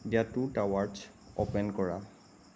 the two towers open কৰা